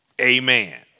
Amen